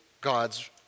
God's